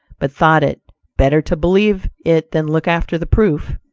but thought it better to believe it than look after the proof'.